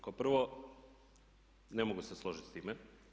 Kao prvo ne mogu se složiti s time.